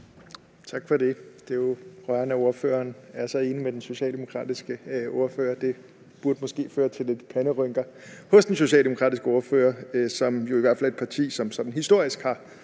Tak for det. Det er jo rørende, at ordføreren er så enig med den socialdemokratiske ordfører. Det burde måske føre til lidt panderynker hos den socialdemokratiske ordfører, for Socialdemokratiet er jo et parti, som i hvert